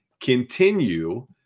continue